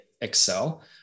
excel